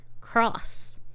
Cross